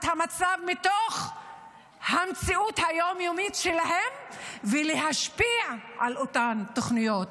המצב מתוך המציאות היום-יומית שלהם ולהשפיע על אותן תוכניות.